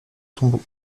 tombeau